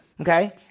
Okay